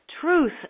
truth